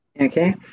Okay